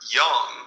young